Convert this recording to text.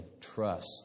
trust